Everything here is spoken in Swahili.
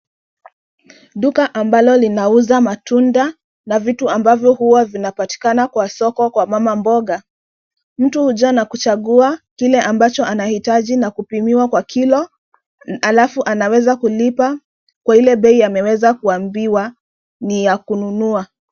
Duka ambalo linauza matunda na vitu ambavyo huwa vinapatikana kwa soko ka mama mboga. Mtu huja na kuchagua kile ambacho anahitaji na kupimiwa kwa kilo, alafu anaweza kulipa kwa ile bei ameweza kuambiwa ni ya kununua.